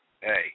hey